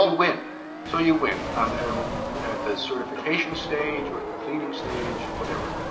ah win, so you win and at the certification stage at the pleading stage, whatever.